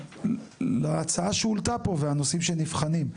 להצעה שהועלתה פה והנושאים שנבחנים.